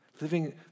living